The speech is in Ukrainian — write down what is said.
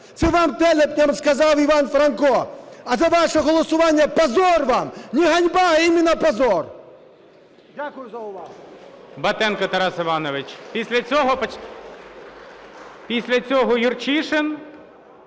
Це вам, телепням, сказав Іван Франко. А за ваше голосування – позор вам, не ганьба, а именно позор!